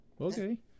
okay